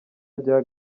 ajyayo